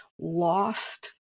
lost